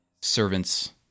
servants